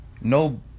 no